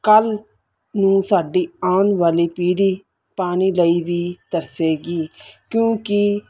ਕੱਲ੍ਹ ਨੂੰ ਸਾਡੀ ਆਉਣ ਵਾਲੀ ਪੀੜ੍ਹੀ ਪਾਣੀ ਲਈ ਵੀ ਤਰਸੇਗੀ ਕਿਉਂਕਿ